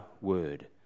word